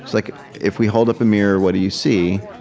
like if we hold up a mirror, what do you see?